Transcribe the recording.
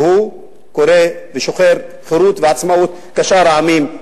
שהוא קורא ושוחר חירות ועצמאות כשאר העמים,